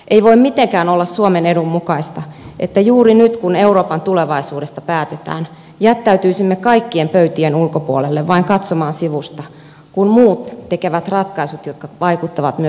ei voi mitenkään olla suomen edun mukaista että juuri nyt kun euroopan tulevaisuudesta päätetään jättäytyisimme kaikkien pöytien ulkopuolelle vain katsomaan sivusta kun muut tekevät ratkaisut jotka vaikuttavat myös meihin